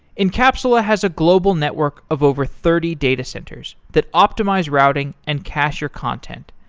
encapsula has a global network of over thirty data centers that optimize routing and cacher content.